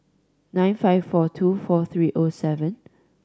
nine five four two four three O seven